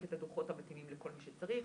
את הדוחות המתאימים לכל מי שצריך.